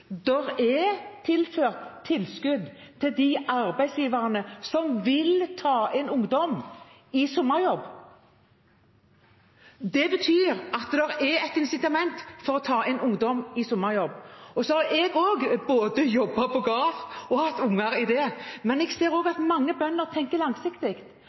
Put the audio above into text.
er tilført tilskudd til de arbeidsgiverne som vil ta inn ungdom til sommerjobb. Det betyr at det er et insitament for å ta inn ungdom til sommerjobb. Jeg har også både jobbet på gård og hatt unger som har gjort det, men jeg ser også at mange bønder tenker langsiktig. Det er bønder som tenker langsiktig